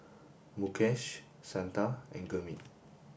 Mukesh Santha and Gurmeet